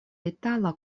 itala